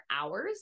hours